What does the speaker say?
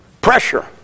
pressure